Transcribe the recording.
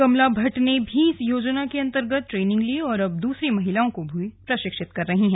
कमला भट्ट ने भी इस योजना के अंतर्गत ट्रेनिंग ली और अब दूसरी महिलाओं को भी प्रशिक्षित कर रही हैं